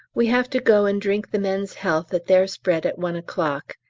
we have to go and drink the men's health at their spread at one o'clock.